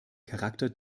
charakter